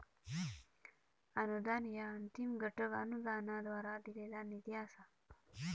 अनुदान ह्या अंतिम घटक अनुदानाद्वारा दिलेला निधी असा